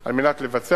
על מנת לבצע.